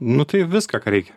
nu tai viską ką reikia